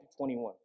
21